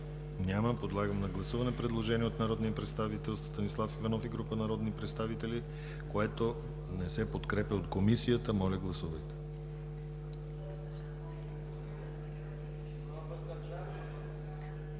Няма. Подлагам на гласуване предложение от народния представител Станислав Иванов и група народни представители, което не се подкрепя от Комисията. Гласували 90 народни